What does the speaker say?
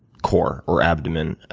core, or abdomen,